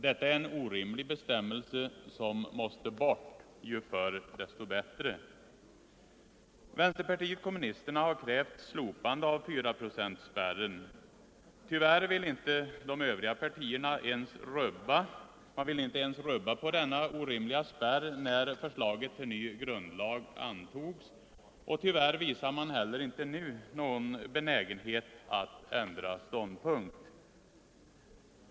Detta är en orimlig bestämmelse som måste bort. Ju förr dess bättre. Vänsterpartiet kommunisterna har krävt slopande av 4-procentsspärren. De övriga partierna ville inte ens rubba på denna orimliga spärr när förslaget till ny grundlag antogs. Tyvärr visar de heller inte nu någon benägenhet att ändra ståndpunkt.